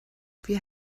wir